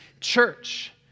church